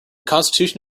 constitution